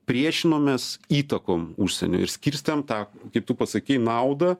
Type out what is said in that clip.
priešinomės įtakom užsienio ir skirstėm tą kaip tu pasakei naudą